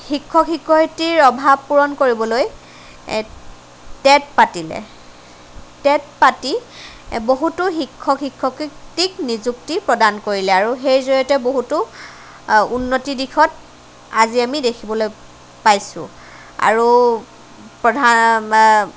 শিক্ষক শিক্ষয়িত্ৰীৰ অভাৱ পূৰণ কৰিবলৈ টেট পাতিলে টেট পাতি বহুতো শিক্ষক শিক্ষয়িত্ৰীক নিযুক্তি প্ৰদান কৰিলে আৰু সেই জৰিয়তে বহুতো উন্নতিৰ দিশত আজি আমি দেখিবলৈ পাইছোঁ আৰু প্ৰধান